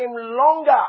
longer